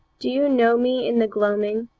do you know me in the gloaming,